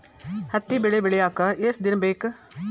ಹತ್ತಿ ಬೆಳಿ ಬೆಳಿಯಾಕ್ ಎಷ್ಟ ದಿನ ಬೇಕ್?